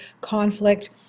conflict